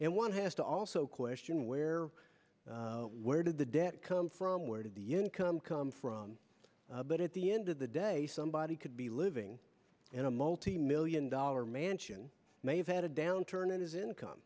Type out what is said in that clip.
and one has to also question where where did the debt come from where did the income come from but at the end of the day somebody could be living in a multimillion dollar mansion may have had a downturn in his income